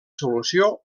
solució